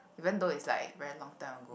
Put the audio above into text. even though it's like very long time ago